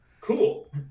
Cool